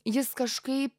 jis kažkai